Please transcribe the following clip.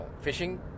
fishing